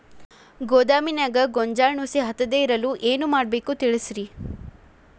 ಗೋದಾಮಿನ್ಯಾಗ ಗೋಂಜಾಳ ನುಸಿ ಹತ್ತದೇ ಇರಲು ಏನು ಮಾಡಬೇಕು ತಿಳಸ್ರಿ